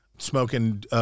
Smoking